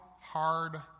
hard